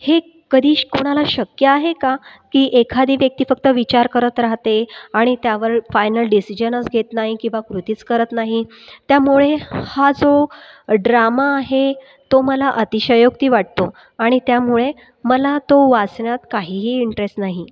हे कधीच कोणाला शक्य आहे का की एखादी व्यक्ती फक्त विचार करत राहते आणि त्यावर फायनल डिसिजनच घेत नाही किंवा कृतीच करत नाही त्यामुळे हा जो ड्रामा आहे तो मला अतिशयोक्ती वाटतो आणि त्यामुळे मला तो वाचण्यात काहीही इंट्रेस्ट नाही